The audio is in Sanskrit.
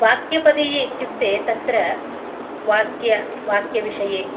वाक्यपदीये इत्युक्ते तत्र वाक्य वाक्यविषये